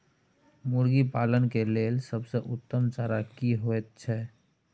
मुर्गी पालन के लेल सबसे उत्तम चारा की होयत छै?